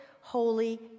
holy